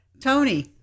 Tony